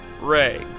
Ray